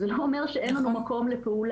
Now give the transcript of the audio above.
זה לא אומר שאין לנו מקום לפעולה.